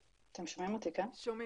שלמעשה זה S,